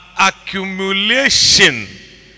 accumulation